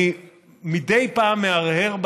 מדי פעם אני מהרהר.